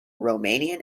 romanian